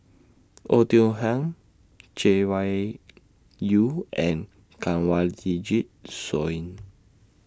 Oei Tiong Ham Chay Weng Yew and Soin